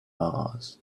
mars